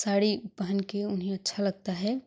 साड़ी पहन के उनको अच्छा लगता है